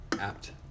apt